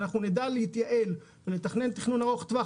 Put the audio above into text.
כשאנחנו נדע להתייעל ולתכנן תכנון ארוך טווח,